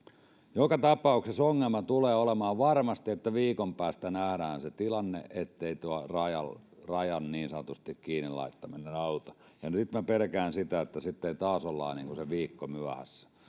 joka tapauksessa ongelmana tulee olemaan varmasti se viikon päästä nähdään se tilanne ettei tuon rajan niin sanotusti kiinni laittaminen auta ja nyt pelkään sitä että sitten taas ollaan se viikko myöhässä